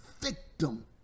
victim